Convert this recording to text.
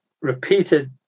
repeated